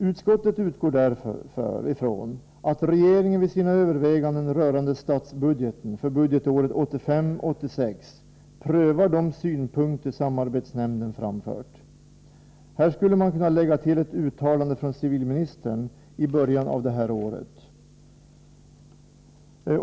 Utskottet utgår därför från att regeringen vid sina överväganden rörande statsbudgeten för budgetåret 1985/86 prövar de synpunkter Samarbetsnämnden har anfört. Här skulle man kunna lägga till ett uttalande av civilministern i början av det här året.